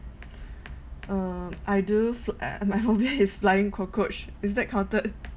um I do uh my phobia is flying cockroach is that counted